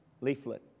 leaflet